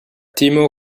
timo